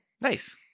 Nice